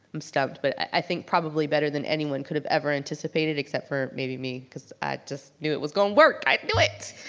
i'm stumped but i think probably better than anyone could have ever anticipated except for maybe me, because i just knew it was gonna work. i knew it,